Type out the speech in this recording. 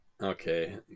okay